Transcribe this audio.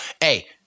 Hey